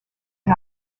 and